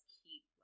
keep